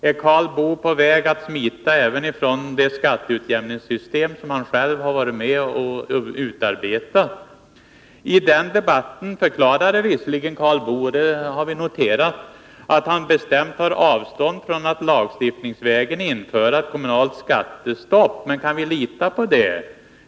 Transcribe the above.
Är Karl Boo på väg att smita ifrån även det skatteutjämningssystem som han själv varit med om att utarbeta? I debatten i april förklarade Karl Boo visserligen — och vi har noterat det — att han bestämt tar avstånd från att lagstiftningsvägen införa ett kommunalt skattestopp. Men kan vi lita på det?